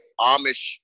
Amish